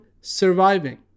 surviving